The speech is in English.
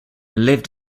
lived